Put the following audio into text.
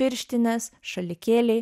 pirštinės šalikėliai